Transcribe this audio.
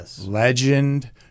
legend